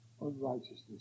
unrighteousness